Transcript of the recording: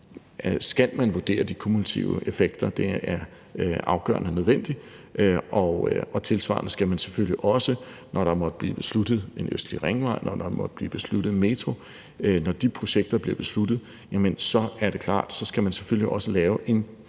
skal man vurdere de kumulative effekter, for det er afgørende nødvendigt, og tilsvarende skal man selvfølgelig også, når der måtte blive besluttet en Østlig Ringvej, når der måtte blive besluttet en metro, altså når de projekter bliver besluttet, lave en fuldstændig miljøvurdering af